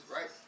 Right